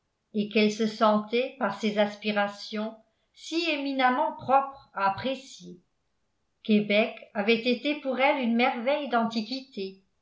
et qu'elle se sentait par ses aspirations si éminemment propre à apprécier québec avait été pour elle une merveille d'antiquité